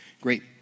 great